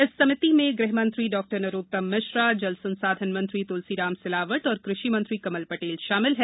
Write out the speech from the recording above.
इस समिति में गृह मंत्री डॉ नरासम मिश्रा जल संसाधन मंत्री त्लसीराम सिलावट और कृषि मंत्री कमल पटेल शामिल हैं